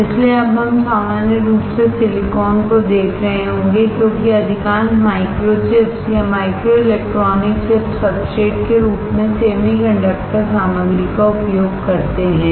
इसलिए अब हम सामान्य रूप से सिलिकॉन को देख रहे होंगे क्योंकि अधिकांश माइक्रो चिप्स या माइक्रोइलेक्ट्रॉनिक चिप्स सब्सट्रेट के रूप में सेमी कंडक्टर सामग्री का उपयोग करते हैं